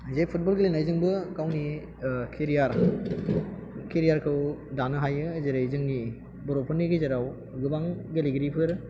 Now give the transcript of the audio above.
बे फुटबल गेलेनायजोंबो गावनि केरियार खौ दानो हायो जेरै जोंनि बर'फोरनि गेजेराव गोबां गेलेगिरिफोर